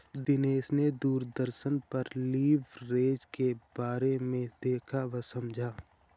दिनेश ने दूरदर्शन पर लिवरेज के बारे में देखा वह समझा